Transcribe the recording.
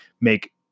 make